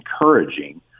encouraging